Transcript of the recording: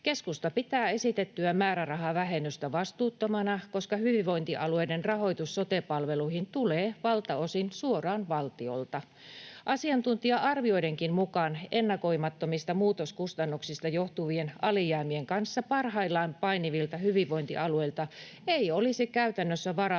Keskusta pitää esitettyä määrärahavähennystä vastuuttomana, koska hyvinvointialueiden rahoitus sote-palveluihin tulee valtaosin suoraan valtiolta. Asiantuntija-arvioidenkin mukaan ennakoimattomista muutoskustannuksista johtuvien alijäämien kanssa parhaillaan painivilta hyvinvointialueilta ei olisi käytännössä varaa